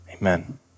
Amen